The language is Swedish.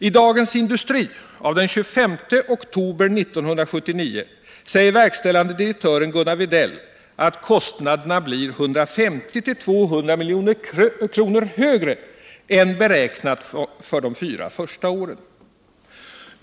I Dagens Industri av den 25 oktober 1979 säger verkställande direktören Gunnar Wedell att kostnaderna blir 150-200 milj.kr. högre än beräknat för de fyra första åren.